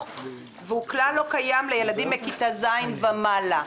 והוא כלל לא קיים לילדים מכיתה ז' ומעלה.